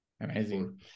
Amazing